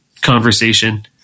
conversation